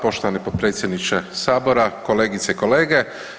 Poštovani potpredsjedniče Sabora, kolegice i kolege.